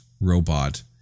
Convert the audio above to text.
robot